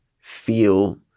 feel